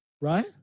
right